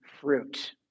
fruit